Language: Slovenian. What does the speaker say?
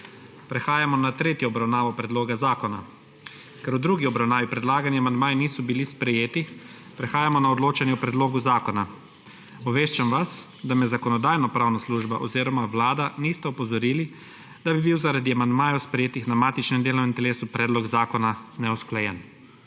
Prehajamo na tretjo obravnavo predloga zakona. Ker v drugi obravnavi predlagani amandmaji niso bili sprejeti, prehajamo na odločanje o predlogu zakona. Obveščam vas, da me Zakonodajno-pravna služba oziroma Vlada nista opozorili, da bi bil zaradi amandmajev, sprejetih na matičnem delovnem telesu, predlog zakona neusklajen.